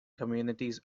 communities